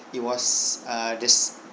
it was uh there's